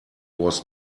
was